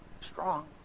strong